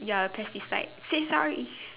you are a pesticide say sorry